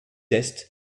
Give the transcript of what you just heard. est